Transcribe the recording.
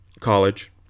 College